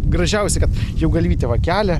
gražiausia kad jau galvytę va kelia